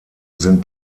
sind